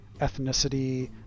ethnicity